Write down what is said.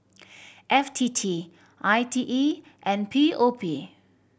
F T T I T E and P O P